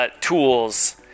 tools